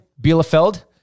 Bielefeld